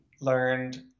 learned